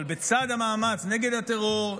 אבל בצד המאמץ נגד הטרור,